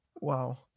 Wow